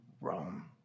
Rome